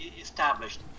established